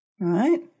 right